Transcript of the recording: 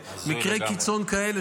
מקרי קיצון כאלה,